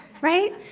right